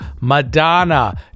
Madonna